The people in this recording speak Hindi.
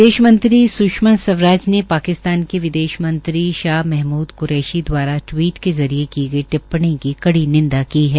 विदेश मंत्री सुषमा स्वराज ने पाकिस्तान के विदेश मंत्री शाह महमूद क्रेशी द्वारा टिवीट के जरिये की गई टिप्पणी की कड़ी निंदा की है